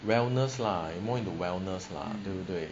wellness lah more into wellness lah 对不对